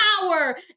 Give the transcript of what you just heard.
power